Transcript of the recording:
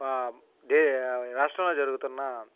they రాష్ట్రంలో జరుగుతున్న